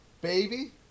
Baby